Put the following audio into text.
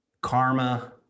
karma